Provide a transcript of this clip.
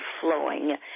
flowing